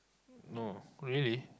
no really